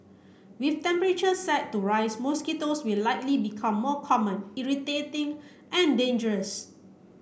with temperatures set to rise mosquitoes will likely become more common irritating and dangerous